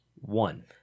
One